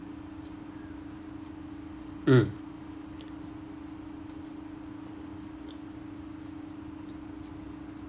mm